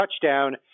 touchdown